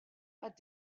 għad